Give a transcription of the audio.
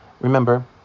Remember